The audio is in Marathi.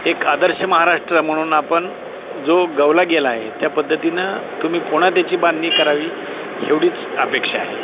एक आदर्श महाराष्ट्र म्हणून आपण जो गोवला गेला आहे त्या पद्धतीनं तुम्ही पुन्हा त्याची बांधणी करावी एवढीच अपेक्षा आहे